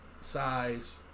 Size